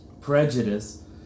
prejudice